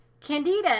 Candida